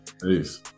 Peace